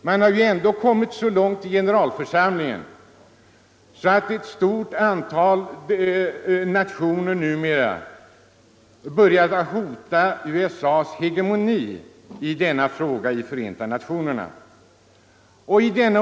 Man har ju ändå kommit så långt att ett stort antal nationer numera börjat hota USA:s hegemoni i denna fråga i Förenta nationernas generalförsamling.